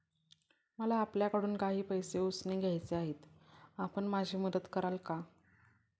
मला आपल्याकडून काही पैसे उसने घ्यायचे आहेत, आपण माझी मदत कराल का?